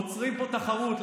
עוצרים פה תחרות,